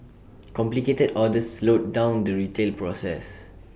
complicated orders slowed down the retail process